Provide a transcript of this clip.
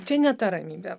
čia ne ta ramybė